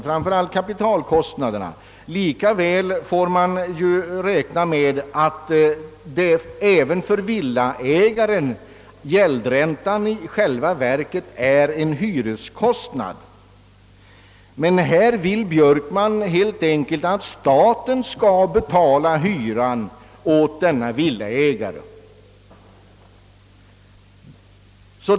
På samma sätt bör gäldräntan även när det gäller villaägare betraktas som en hyreskostnad. Herr Björkman vill att staten helt enkelt skall betala denna del av hyran åt villaägarna.